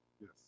Yes